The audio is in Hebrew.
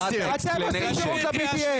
--- אף אחד לא שומע ולא מבין אתכם.